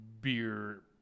beer